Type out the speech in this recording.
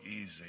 easy